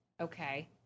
Okay